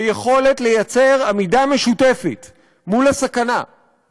והיכולת לייצר עמידה משותפת מול הסכנה,